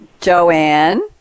Joanne